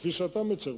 כפי שאתה מצר,